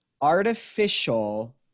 artificial